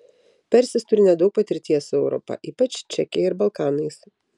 persis turi nedaug patirties su europa ypač čekija ir balkanais